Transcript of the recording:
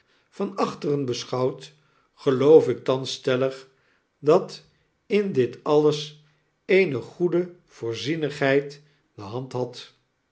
van achteren beschouwd geloof ik thans stellig dat in dit alles eene goede voorzienigheid de hand had